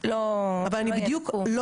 אני מדברת בדיוק על מי שלא הגישו,